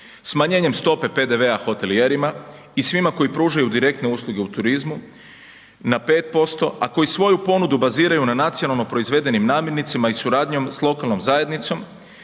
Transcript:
Smanjenjem stope PDV-a hotelijerima i svima koji pružaju direktne usluge u turizmu, na 5%, a koji svoju ponudu baziraju na nacionalno proizvedenim namirnicama i suradnjom s lokalnom zajednicom,